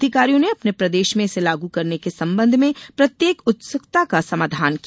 अधिकारियों ने अपने प्रदेश में इसे लागू करने के संबंध में प्रत्येक उत्सुकता का समाधान किया